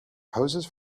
poses